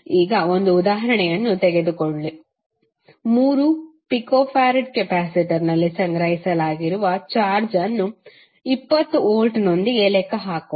ಈಗ 1 ಉದಾಹರಣೆಯನ್ನು ತೆಗೆದುಕೊಳ್ಳಿ 3pF ಕೆಪಾಸಿಟರ್ನಲ್ಲಿ ಸಂಗ್ರಹಿಸಲಾದ ಚಾರ್ಜ್ ಅನ್ನು 20 ವೋಲ್ಟ್ನೊಂದಿಗೆ ಲೆಕ್ಕಹಾಕೋಣ